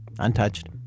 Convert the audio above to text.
Untouched